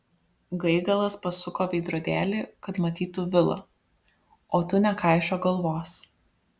gaigalas pasuko veidrodėlį kad matytų vilą o tu nekaišiok galvos